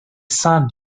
son